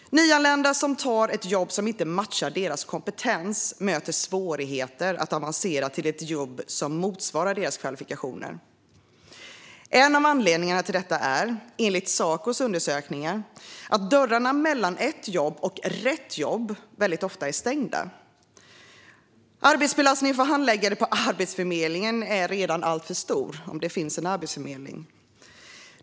Nyanlända som tar ett jobb som inte matchar deras kompetens möter svårigheter att avancera till ett jobb som motsvarar deras kvalifikationer. En av anledningarna till detta är, enligt Sacos undersökningar, att dörrarna mellan jobb och rätt jobb väldigt ofta är stängda. Arbetsbelastningen för handläggare på Arbetsförmedlingen är redan alltför stor, om det finns en arbetsförmedling.